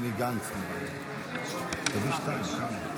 תמה ההצבעה.